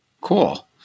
Cool